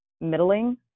middling